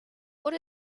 what